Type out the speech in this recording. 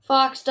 Fox